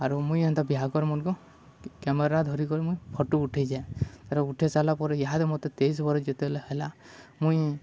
ଆରୁ ମୁଇଁ ଏନ୍ତା ବିହାକରମୁ ମନକୁ କ୍ୟାମେରା ଧରିିକରି ମୁଇଁ ଫଟୋ ଉଠାଇ ଯାଏ ତ ଉଠାଇ ସାରିଲା ପରେ ଇହାଦେ ମୋତେ ତେଇଶି ପରେ ଯେତେବେଳେ ହେଲା ମୁଇଁ